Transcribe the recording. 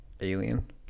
Alien